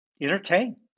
entertain